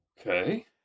Okay